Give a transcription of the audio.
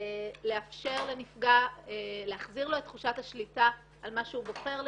להחזיר לנפגע את תחושת השליטה על מה שהוא בוחר לשתף,